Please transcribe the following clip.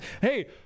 Hey